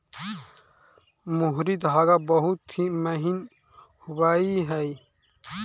मोहरी धागा बहुत ही महीन होवऽ हई